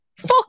Fuck